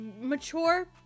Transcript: mature